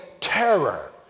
terror